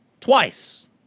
Twice